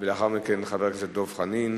ולאחר מכן, חבר הכנסת דב חנין.